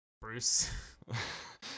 Bruce